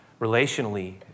relationally